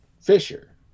Fisher